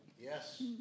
Yes